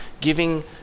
giving